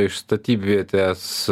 iš statybvietės